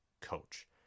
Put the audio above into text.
coach